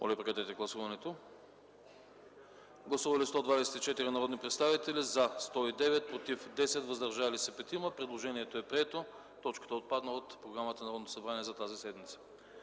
по тази точка. Гласували 124 народни представители: за 109, против 10, въздържали се 5. Предложението е прието. Точката отпадна от програмата на Народното събрание за тази седмица.